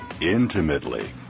Intimately